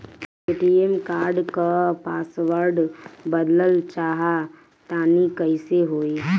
ATM card क password बदलल चाहा तानि कइसे होई?